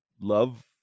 love